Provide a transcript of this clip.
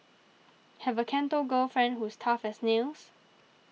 have a Canto girlfriend who's tough as nails